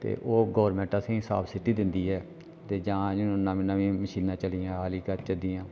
ते ओह् गौरमैंट असेंगी सब्सिडी दिंदी ऐ ते जां नमीं नमीं मशीनां चली दियां एग्रीकल्चर दियां